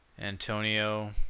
Antonio